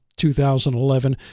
2011